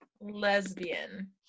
lesbian